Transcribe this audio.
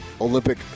olympic